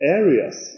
areas